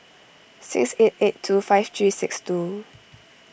six eight eight two five three six two